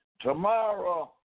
Tomorrow